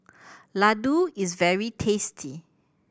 Ladoo is very tasty